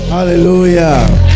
Hallelujah